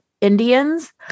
Indians